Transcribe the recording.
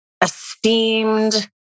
esteemed